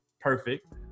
perfect